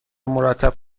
مرتب